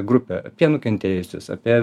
grupę apie nukentėjusius apie